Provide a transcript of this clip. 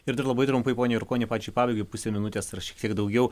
ir dar labai trumpai pone jurkoni pačiai pabaigai pusę minutės ar šiek tiek daugiau